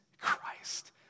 Christ